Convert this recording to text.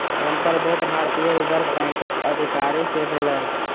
हुनकर भेंट भारतीय रिज़र्व बैंकक अधिकारी सॅ भेलैन